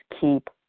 keep